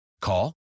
Call